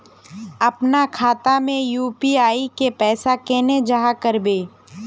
अपना खाता में यू.पी.आई के पैसा केना जाहा करबे?